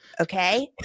Okay